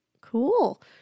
Cool